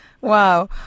wow